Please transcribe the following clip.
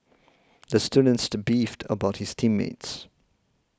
the student to beefed about his team mates